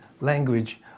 language